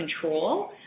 control